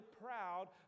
proud